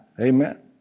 Amen